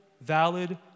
valid